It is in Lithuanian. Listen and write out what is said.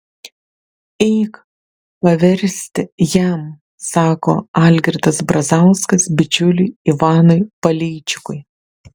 eik paversti jam sako algirdas brazauskas bičiuliui ivanui paleičikui